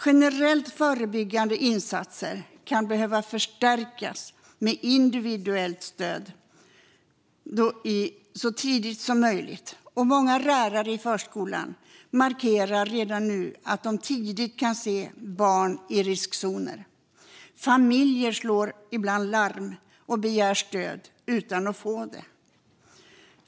Generella, förebyggande insatser kan behöva förstärkas med individuellt stöd så tidigt som möjligt. Många lärare i förskolan markerar att de tidigt kan se barn i riskzoner. Familjer slår ibland larm och begär stöd utan att få det.